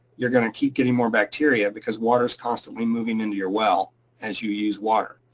you're gonna keep getting more bacteria because water is constantly moving into your well as you use water.